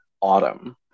autumn